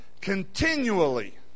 continually